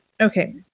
okay